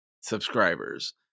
subscribers